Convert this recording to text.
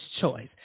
choice